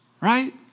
right